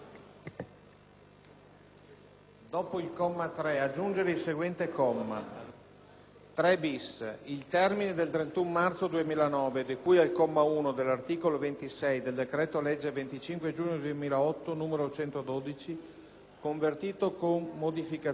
"3-bis. Il termine del 31 marzo 2009 di cui al comma 1 dell'articolo 26 del decreto-legge 25 giugno 2008, n. 112, convertito, con modificazioni, dall'articolo 1, comma 1, della legge 6 agosto 2008, n. 133,